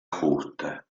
justa